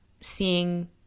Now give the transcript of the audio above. seeing